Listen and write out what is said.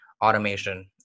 automation